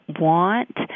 want